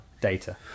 data